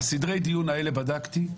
סדרי הדיון האלה, בדקתי,